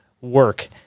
work